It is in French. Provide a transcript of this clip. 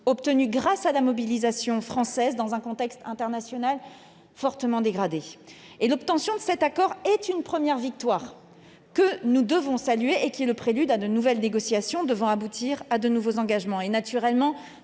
obtenu grâce à la mobilisation française dans un contexte international fortement dégradé. L'obtention de cet accord est une première victoire que nous devons saluer, prélude à de nouvelles négociations devant aboutir à de nouveaux engagements. Naturellement,